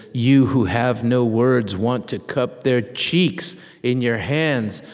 you who have no words want to cup their cheeks in your hands,